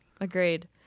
Agreed